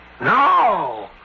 No